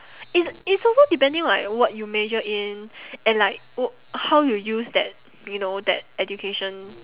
it's it's also depending like what you major in and like uh how you use that you know that education